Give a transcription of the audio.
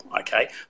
okay